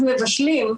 אנחנו מבשלים,